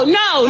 no